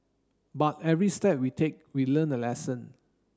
but every step we take we learn a lesson